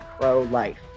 pro-life